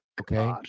Okay